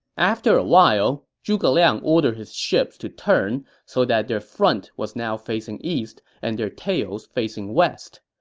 after a while, zhuge liang ordered his ships to turn so that their front was now facing east and their tails facing west.